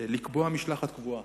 לקבוע משלחת קבועה.